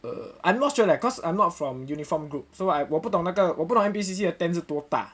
err I'm not sure leh cause I'm not from uniform group so I 我不懂那个我不懂 N_P_C_C 的 tent 是多大